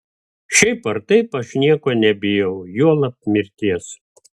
šiaip ar taip aš nieko nebijau juolab mirties